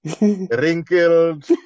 wrinkled